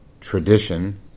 tradition